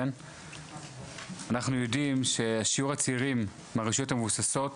אנחנו יודעים ששיעור הצעירים מהרשויות המבוססות